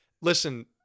Listen